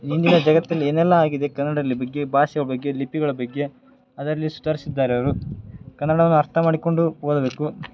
ಇಂದಿನ ಜಗತ್ತಲ್ಲಿ ಏನೆಲ್ಲ ಆಗಿದೆ ಕನ್ನಡಲ್ಲಿ ಬಗ್ಗೆ ಭಾಷೆಯ ಬಗ್ಗೆ ಲಿಪಿಗಳ ಬಗ್ಗೆ ಅದರ ಲಿಸ್ಟ್ ತರಿಸಿದ್ದಾರೆ ಅವರು ಕನ್ನಡವನ್ನು ಅರ್ಥ ಮಾಡಿಕೊಂಡು ಓದಬೇಕು